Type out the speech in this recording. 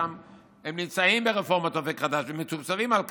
שכן הם נמצאים ברפורמת אופ"ק חדש ומתוקצבים על כך.